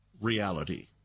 reality